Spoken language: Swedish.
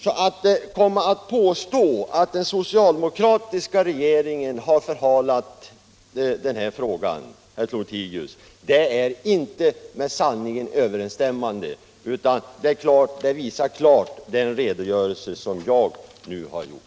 Påståendet att den socialdemokratiska regeringen har förhalat frågans behandling, herr Lothigius, är inte med sanningen överensstämmande. Det visar klart den redogörelse som jag nu har lämnat.